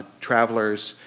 travelers,